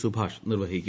സുഭാഷ് നിർവഹിക്കും